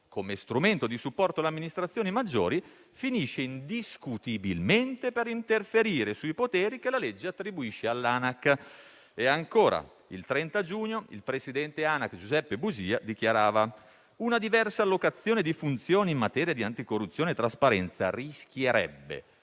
come strumento di supporto alle amministrazioni maggiori, finisce indiscutibilmente per interferire sui poteri che la legge attribuisce all'Anac. E ancora: il 30 giugno, il presidente Anac Giuseppe Busia dichiarava che una diversa allocazione di funzioni in materia di anticorruzione e trasparenza rischierebbe,